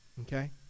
okay